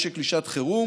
משק לשעת חירום,